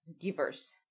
givers